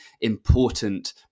important